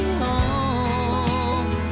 home